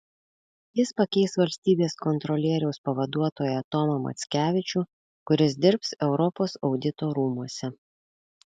jis pakeis valstybės kontrolieriaus pavaduotoją tomą mackevičių kuris dirbs europos audito rūmuose